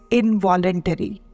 involuntary